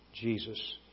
Jesus